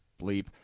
bleep